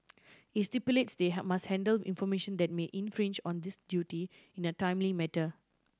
it stipulates they have must handle information that may infringe on this duty in a timely matter